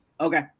okay